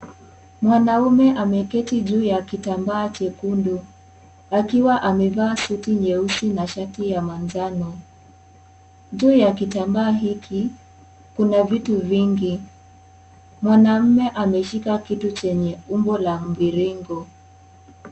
Mwanaume ameketi juu ya kitambaa jekundu akiwa amevaa suti nyeusi na shati ya manjano. Juu ya kitambaa hiki, kuna vitu vingi. Mwanaume ameshika kitu chenye umbo la mviringo.